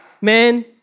Man